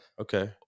Okay